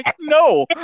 no